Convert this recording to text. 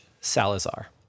Salazar